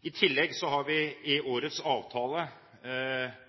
I tillegg har vi i årets avtale